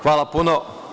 Hvala puno.